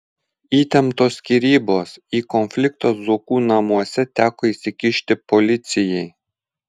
įtemptos skyrybos į konfliktą zuokų namuose teko įsikišti policijai